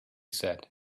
said